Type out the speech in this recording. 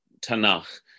Tanakh